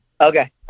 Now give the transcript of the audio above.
okay